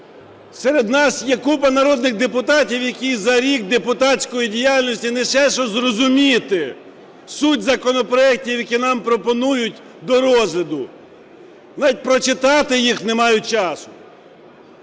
Серед нас є купа народних депутатів, які за рік депутатської діяльності не те що зрозуміти суть законопроектів, які нам пропонують до розгляду, навіть прочитати їх не мають часу.